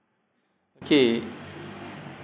okay